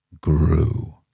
grew